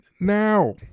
now